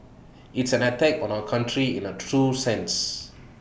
it's an attack on our country in A true sense